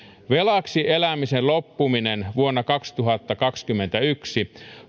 velaksi elämisen loppuminen vuonna kaksituhattakaksikymmentäyksi